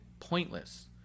pointless